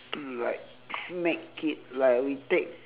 like smack it like we take